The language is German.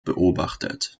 beobachtet